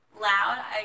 loud